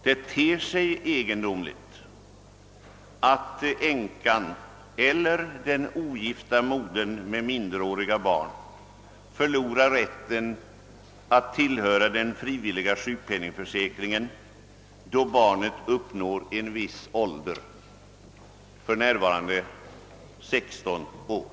Det ter sig också egendomligt att änkan eller åen ogifta modern med minder åriga barn förlorar rätten att tillhöra den frivilliga sjukpenningförsäkringen, då barnet uppnår en viss ålder, för närvarande 16 år.